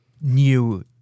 new